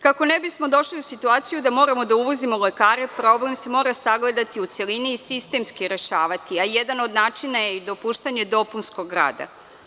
Kako ne bismo došli u situaciju da moramo da uvozimo lekare, problem se mora sagledati i celini i sistemski rešavati, a jedan od načina je i dopuštanje dopunskog rada.